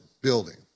building